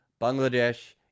Bangladesh